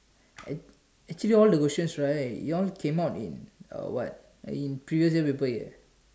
act~ actually all the questions right they all came out in uh what in previous paper year paper A eh